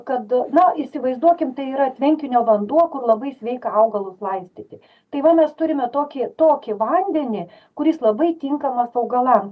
kad na įsivaizduokim tai yra tvenkinio vanduo kur labai sveika augalus laistyti tai va mes turime tokį tokį vandenį kuris labai tinkamas augalams